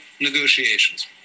negotiations